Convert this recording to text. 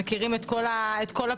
מכירים את כל הפעולות.